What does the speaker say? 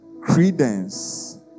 credence